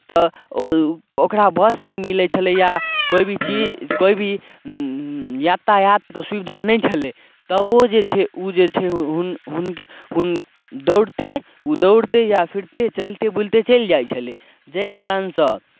तऽ ओकरा बस नहि मिलै छलै या कोइ भी चीज कोइ भी यातायातके सुविधा नहि छलै तबो जे छै ओ जे छै हुन् हुन् हुनके दौड़तै ओ दौड़तै या फिर तेज चलिते बुलिते चलि जाइ छलै जाहि कारणसँ